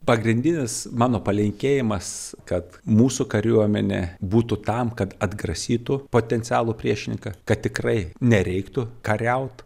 pagrindinis mano palinkėjimas kad mūsų kariuomenė būtų tam kad atgrasytų potencialų priešininką kad tikrai nereiktų kariaut